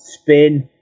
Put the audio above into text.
spin